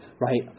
right